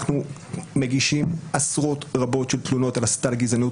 אנחנו מגישים עשרות רבות של תלונות על הסתה לגזענות